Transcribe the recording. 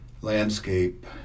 Landscape